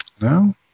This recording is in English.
No